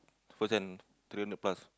worse than three hundred plus